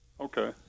Okay